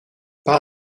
par